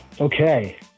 Okay